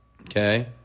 Okay